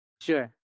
Sure